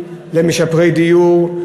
למשפרי דיור,